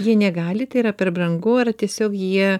jie negali tai yra per brangu ar tiesiog jie